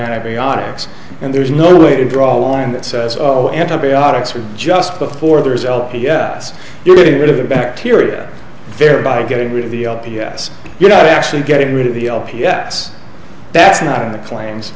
antibiotics and there's no way to draw a line that says all antibiotics are just before the result yes you're getting rid of the bacteria thereby getting rid of the p s you're not actually getting rid of the l p s that's not in the claims